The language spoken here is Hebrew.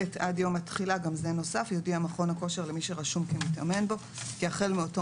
עד יום התחילה יודיע מכון הכושר למי שרשום כמתאמן בו כי החל מאותו